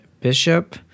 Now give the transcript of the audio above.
Bishop